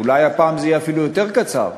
אולי הפעם זה יהיה אפילו יותר קצר,